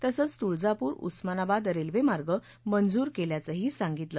तसंच तुळजापूर उस्मानाबाद रखिमार्ग मंजूर कख्याचही सांगितलं